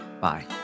Bye